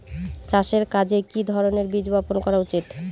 চাষের কাজে কি ধরনের বীজ বপন করা উচিৎ?